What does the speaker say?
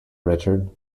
richard